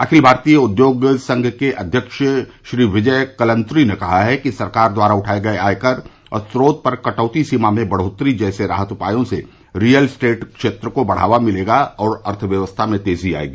अखिल भारतीय उद्योग संघ के अध्यक्ष श्री विजय कलंत्री ने कहा है कि सरकार द्वारा उठाये गये आयकर और स्रोत पर कटौती सीमा में बढ़ोतरी जैसे राहत उपायों से रीयल स्टेट क्षेत्र को बढ़ावा मिलेगा और अर्थव्यवस्था में तेजी आएगी